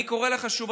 אני קורא לך שוב,